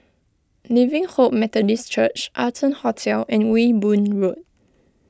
Living Hope Methodist Church Arton Hotel and Ewe Boon Road